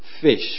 fish